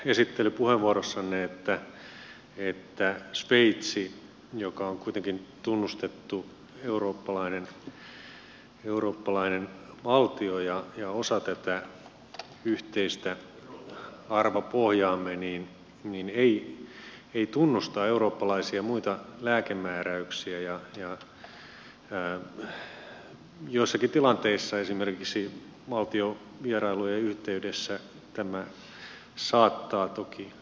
kerroitte esittelypuheenvuorossanne että sveitsi joka on kuitenkin tunnustettu eurooppalainen valtio ja osa tätä yhteistä arvopohjaamme ei tunnusta muita eurooppalaisia lääkemääräyksiä ja joissakin tilanteissa esimerkiksi valtiovierailujen yhteydessä tämä saattaa toki aktualisoitua